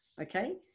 Okay